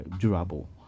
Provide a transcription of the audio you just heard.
durable